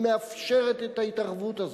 היא מאפשרת את ההתערבות הזאת.